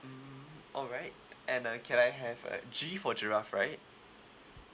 mm alright and uh can I have uh G for giraffe right